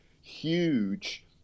huge